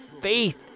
faith